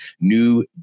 new